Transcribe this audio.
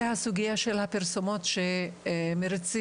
זה הסוגייה של הפרסומות שמריצים,